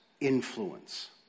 influence